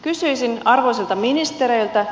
kysyisin arvoisilta ministereiltä